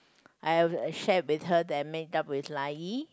I have shared with her that I made up Lai-Yi